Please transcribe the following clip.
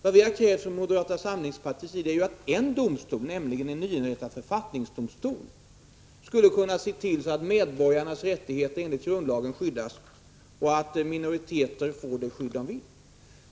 Vad vi har krävt från moderata samlingspartiet är att en domstol, nämligen en nyinrättad författningsdomstol, skulle kunna se till att medborgarnas rättigheter enligt grundlagen skyddas och att minoriteter får det skydd som de vill ha.